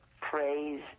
praise